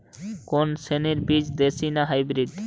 কোন শ্রেণীর বীজ দেশী না হাইব্রিড?